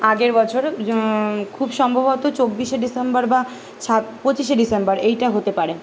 আগের বছর খুব সম্ভবত চব্বিশে ডিসেম্বর বা ছা পঁচিশে ডিসেম্বর এইটা হতে পারে